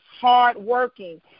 hardworking